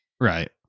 Right